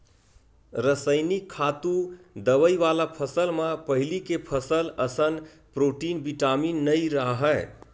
रसइनिक खातू, दवई वाला फसल म पहिली के फसल असन प्रोटीन, बिटामिन नइ राहय